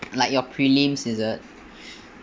like your prelims is it